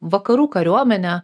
vakarų kariuomene